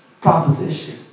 proposition